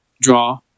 draw